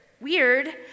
weird